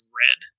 red